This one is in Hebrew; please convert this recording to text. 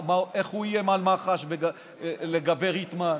איך הוא איים על מח"ש לגבי ריטמן.